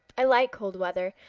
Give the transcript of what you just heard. i like cold weather.